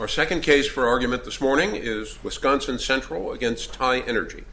our second case for argument this morning is wisconsin central against high energy